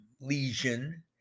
lesion